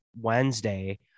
Wednesday